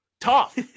Tough